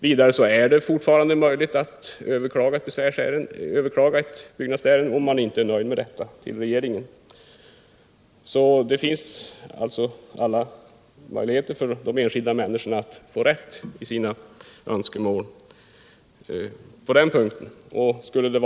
Vidare är det fortfarande möjligt att, om man inte är nöjd med handläggningen av ett byggnadsärende, överklaga denna hos regeringen. Det finns alltså olika möjligheter för de enskilda människorna att på den punkten få sina önskemål tillgodosedda.